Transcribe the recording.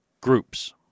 groups